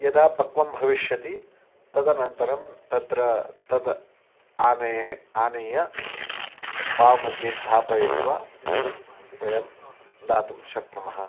यदा पक्वं भविष्यति तदनन्तरं तत्र तद् आनयेत् आनीय पाव्मध्ये स्थापयित्वा वयं दातुं शक्नुमः